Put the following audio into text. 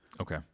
okay